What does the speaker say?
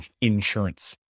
insurance